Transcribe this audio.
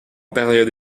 période